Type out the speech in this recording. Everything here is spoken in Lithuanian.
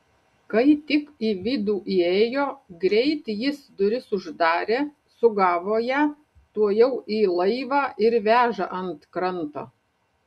kai tik į vidų įėjo greit jis duris uždarė sugavo ją tuojau į laivą ir veža ant kranto